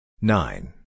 nine